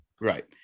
Right